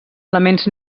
elements